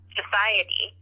society